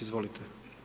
Izvolite.